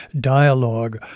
Dialogue